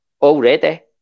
Already